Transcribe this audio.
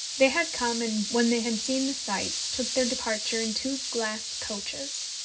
they had come and, when they had seen the sights, took their departure in two glass coaches.